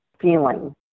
feeling